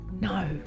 No